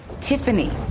Tiffany